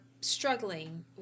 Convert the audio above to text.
struggling